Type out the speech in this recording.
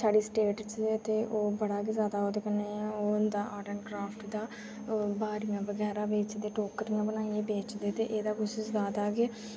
साढ़ी स्टेट च ते ओह् बड़ा गै जैदा ओह्दे कन्नै होंदा आर्ट एंड क्राफ्ट होंदा ब्हारियां बगैरा बेचदे टोकरियां बनाइयै बेचदे ते एह्दा किश जैदा गै